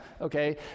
okay